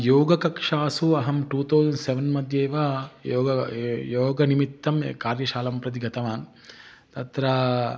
योगकक्षासु अहं two thousand seven मध्येव योग योगनिमित्तम् एकां कार्यशालां प्रति गतवान् तत्र